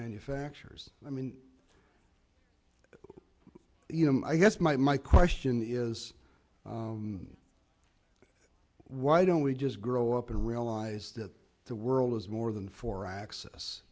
manufacturers i mean you know i guess my question is why don't we just grow up and realize that the world is more than four a